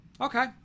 okay